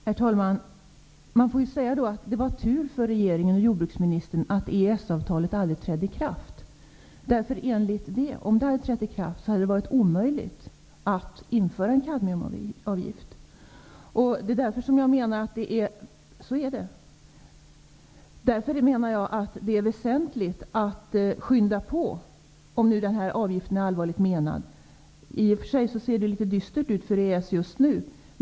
Herr talman! Man får säga att det var tur för regeringen och jordbruksministern att EES-avtalet aldrig trädde i kraft. Om det hade trätt i kraft hade det varit omöjligt att införa en kadmiumavgift. Så är det. Därför menar jag att det är väsentligt att skynda på, om denna avgift är allvarligt menad. I och för sig ser det ju litet dystert ut för EES-avtalet just nu.